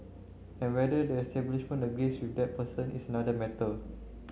and whether the establishment agrees with that person is another matter